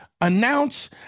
announce